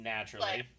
Naturally